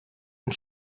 und